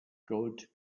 gold